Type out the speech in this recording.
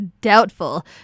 Doubtful